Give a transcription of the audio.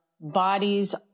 bodies